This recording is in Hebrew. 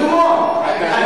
אדומות.